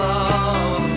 Love